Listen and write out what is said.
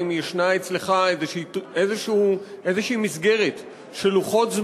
האם יש אצלך איזו מסגרת של לוחות-זמנים